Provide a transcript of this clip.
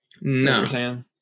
No